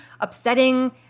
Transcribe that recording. upsetting